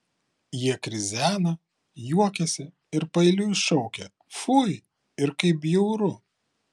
jie krizena juokiasi ir paeiliui šaukia fui ir kaip bjauru